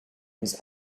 was